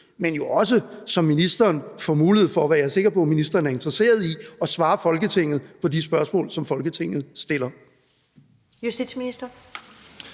men jo også, sådan at ministeren får mulighed for – hvad jeg er sikker på ministeren er interesseret i – at svare Folketinget på de spørgsmål, som Folketinget stiller. Kl.